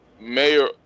mayor